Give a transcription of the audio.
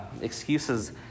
excuses